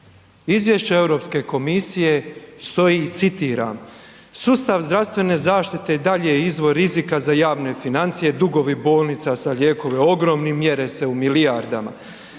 izvješće Europske komisije stoji citiram: Sustav zdravstvene zaštite i dalje je izvor rizika za javne financije, dugovi bolnica za lijekove ogromni mjere se u milijardama.